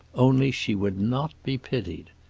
only, she would not be pitied.